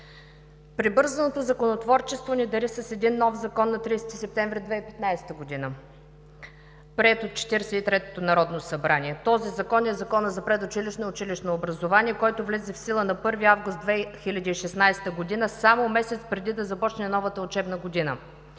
Прибързаното законотворчество ни дари с един нов закон на 30 септември 2015 г., приет от Четиридесет и третото народно събрание. Този закон е Законът за предучилищно и училищно образование, който влезе в сила на 1 август 2016 г. – само месец преди да започне новата учебна година,